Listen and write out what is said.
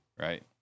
Right